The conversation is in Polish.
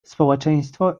społeczeństwo